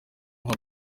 nka